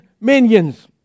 minions